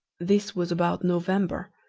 this was about november,